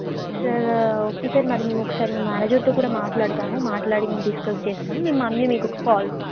sir okay sir మరి మేము ఒకసారి మా మ్యానేజర్తో కూడా మాట్లాడతాము మాట్లాడి మేం డిస్కస్ చేస్తాం మేము అన్నీ మీకు కాల్